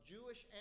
Jewish